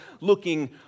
looking